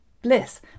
Bliss